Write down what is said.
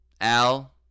al